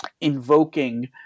invoking